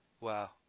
Wow